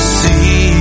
see